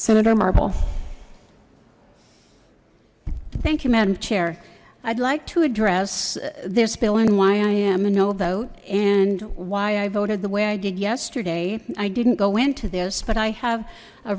senator marbles thank you madam chair i'd like to address this bill and why i am a no vote and why i voted the way i did yesterday i didn't go into this but i have a